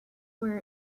where